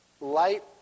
Light